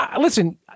listen